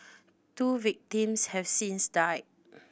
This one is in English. two victims have since died